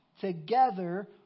together